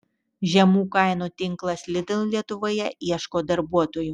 žemų kainų tinklas lidl lietuvoje ieško darbuotojų